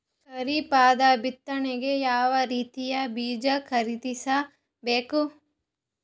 ಖರೀಪದ ಬಿತ್ತನೆಗೆ ಯಾವ್ ರೀತಿಯ ಬೀಜ ಖರೀದಿಸ ಬೇಕು?